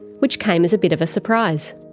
which came as a bit of a surprise.